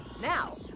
Now